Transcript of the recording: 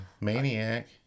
Maniac